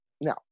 Now